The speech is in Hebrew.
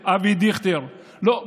דיכטר, אבי דיכטר לא.